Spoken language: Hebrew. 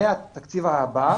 מהתקציב הבא,